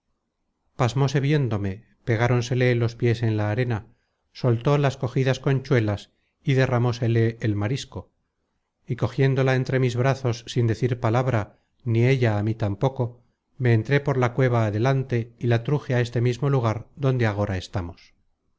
andaba buscando pasmose viéndome pegáronsele los pies en la arena soltó las cogidas conchuelas y derramósele el marisco y cogiéndola entre mis brazos sin decirla palabra ni ella á mí tampoco me entré por la cueva adelante y la truje á este mismo lugar donde agora estamos